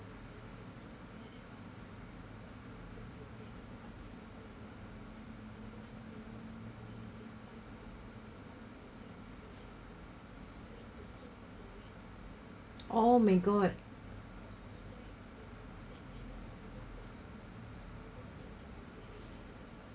all may got